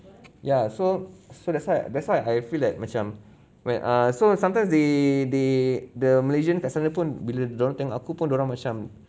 ya so so that's why that's why I feel like macam when ah so sometimes they they the malaysian kat sana pun bila dia orang tengok aku pun dia orang macam